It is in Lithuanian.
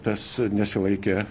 tas nesilaikė